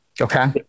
Okay